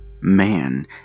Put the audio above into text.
man